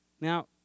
Now